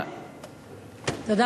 תגרשו את המסתננים.